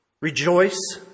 Rejoice